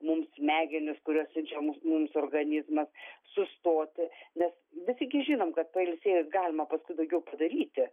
mums smegenys kuriuos siunčia mus mums organizmas sustoti nes visi gi žinom kad pailsėjus galima paskui daugiau padaryti